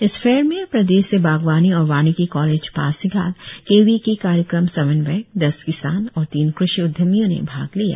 इस फेयर में प्रदेश से बागवानी और वानिकी college Pasighat K V K कार्यक्रम समन्वयक दस किसान और तीन कृषि उदयमियों ने भाग लिया